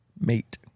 Mate